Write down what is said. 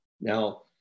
Now